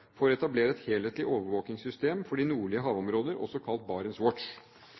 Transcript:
for å etablere et helhetlig overvåkingssystem for de nordlige havområder, kalt